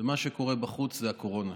ומה שקורה בחוץ זו הקורונה.